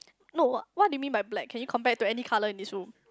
no what do you mean by black can you compare it to any colour in this room